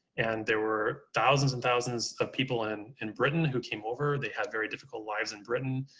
and there were thousands and thousands of people in in britain who came over. they had very difficult lives in britain.